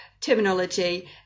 terminology